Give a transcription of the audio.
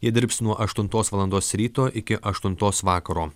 jie dirbs nuo aštuntos valandos ryto iki aštuntos vakaro